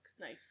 Nice